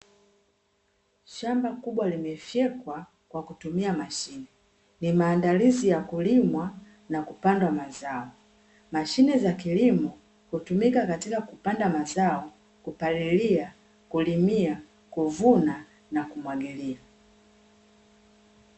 Shamba kubwa limefwekwa kwa kutumia mashine. Ni maandalizi ya kulimwa na kupandwa mazao, mashine za kilimo hutumika katika kupanda mazao kupalilia, kulimia, kuvuna na kumwagilia.